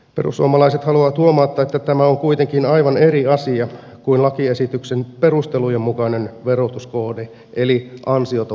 perussuomalaiset haluavat huomauttaa että tämä on kuitenkin aivan eri asia kuin lakiesityksen perustelujen mukainen verotuskohde eli ansioton voitto